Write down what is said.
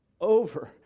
Over